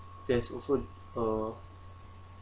there's also a